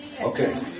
Okay